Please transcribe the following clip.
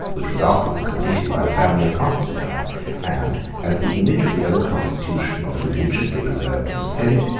which was afterwards completed by the family of constantine and as the image of the old constitution was religiously preserved in the senate,